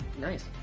nice